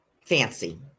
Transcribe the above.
fancy